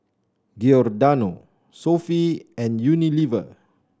Giordano Sofy and Unilever